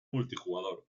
multijugador